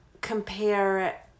compare